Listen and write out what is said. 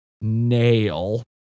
nail